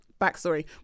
Backstory